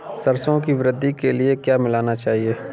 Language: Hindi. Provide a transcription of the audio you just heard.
सरसों की वृद्धि के लिए क्या मिलाना चाहिए?